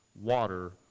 water